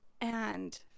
And-